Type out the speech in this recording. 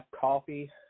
coffee